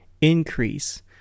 increase